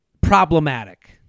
problematic